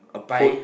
food